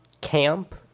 camp